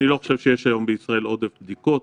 אני לא חושב שיש היום בישראל עודף בדיקות.